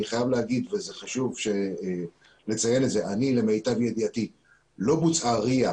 אני חייב לומר וזה חשוב לציין את זה שלמיטב ידיעתי לא בוצעה ריאה